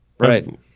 Right